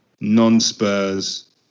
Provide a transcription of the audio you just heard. non-spurs